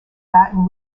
baton